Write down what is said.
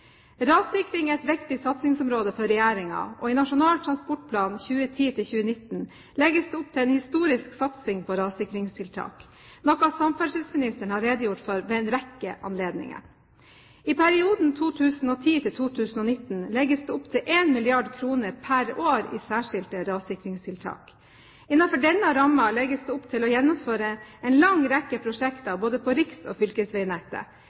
Rassikring er et viktig satsingsområde for regjeringen, og i Nasjonal transportplan 2010–2019 legges det opp til en historisk satsing på rassikringstiltak, noe samferdselsministeren har redegjort for ved en rekke anledninger. I perioden 2010–2019 legges det opp til 1 mrd. kr per år i særskilte rassikringstiltak. Innenfor denne rammen legges det opp til å gjennomføre en lang rekke prosjekter både på riks- og fylkesveinettet.